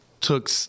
took